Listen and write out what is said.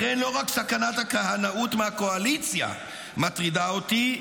לכן לא רק סכנת הכהנאות מהקואליציה מטרידה אותי,